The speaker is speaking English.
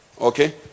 Okay